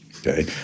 Okay